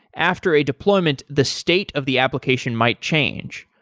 after a deployment, the state of the application might change.